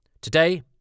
Today